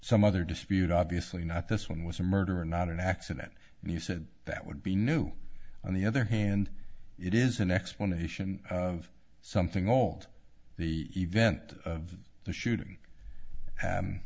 some other dispute obviously not this one was a murder not an accident and you said that would be new on the other hand it is an explanation of something old the event of the shooting